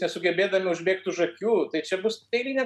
nesugebėdami užbėgti už akių tai čia bus eilinė